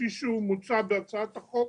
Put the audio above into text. כפי שהוא מוצע בהצעת החוק,